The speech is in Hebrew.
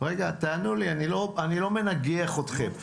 תענו לי, אני לא מנגח אתכם.